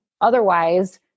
Otherwise